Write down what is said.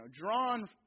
drawn